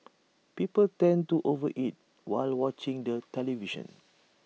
people tend to over eat while watching the television